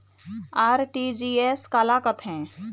RTGS काला कथें?